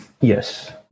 yes